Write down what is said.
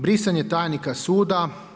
Brisanje tajnika suda.